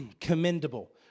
commendable